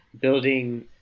building